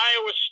Iowa